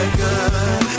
good